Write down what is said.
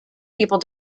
people